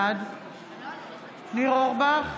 בעד ניר אורבך,